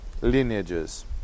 lineages